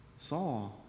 saw